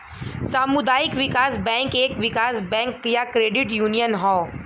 सामुदायिक विकास बैंक एक विकास बैंक या क्रेडिट यूनियन हौ